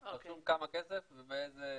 רשום כמה כסף ובאיזה